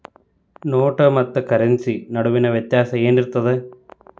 ನೋಟ ಮತ್ತ ಕರೆನ್ಸಿ ನಡುವಿನ ವ್ಯತ್ಯಾಸ ಏನಿರ್ತದ?